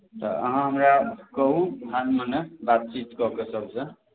तऽ अहाँ हमरा कहू विहान भेने बात चीत कऽ के सभसँ